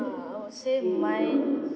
uh I will say mine